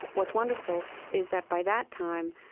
what's wonderful is that by that time,